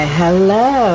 hello